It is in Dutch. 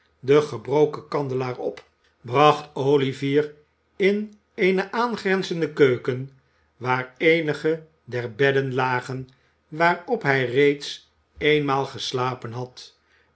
den gebroken kandelaar op bracht olivier in eene aangrenzende keuken waar eenige der bedden lagen waarop hij reeds eenmaal geslapen had